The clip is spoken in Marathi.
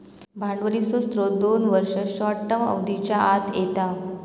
भांडवलीचे स्त्रोत दोन वर्ष, शॉर्ट टर्म अवधीच्या आत येता